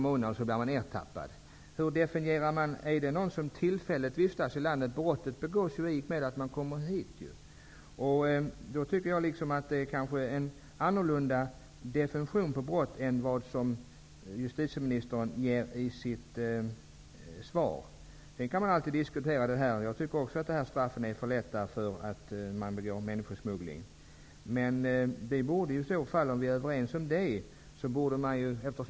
Anses han vara en person som tillfälligt vistas i landet -- brottet begås ju i och med att han kommer hit? Jag tycker att det kanske är en annan definition på brott än justitieministern ger i sitt svar. Sedan kan man alltid diskutera straffpåföljden. Jag tycker också att straffen vid människosmuggling är för lindriga.